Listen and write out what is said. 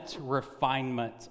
refinement